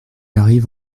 arrive